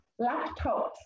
laptops